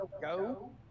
go